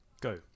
go